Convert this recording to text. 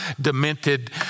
demented